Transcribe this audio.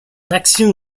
action